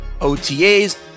OTAs